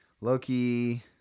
Loki